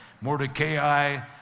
Mordecai